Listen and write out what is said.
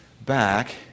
back